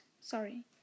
sorry